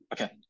Okay